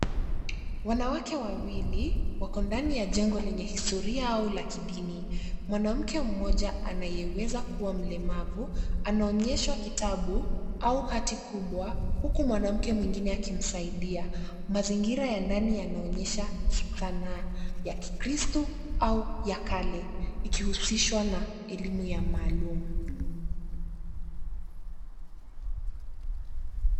Wanawake wawili wako ndani ya jengo lenye historia au la kidini, mwanamke mmoja anayeweza kua mlemavu anaonyeshwa kitabu au hati kubwa huku mwanamke mwingine akimsaidia. Mazingira ya ndani yanaonyesha sanaa ya kikristu au ya kale ikihusishwa na elimu ya maalum.